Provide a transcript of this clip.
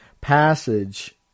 passage